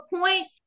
point